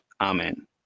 Amen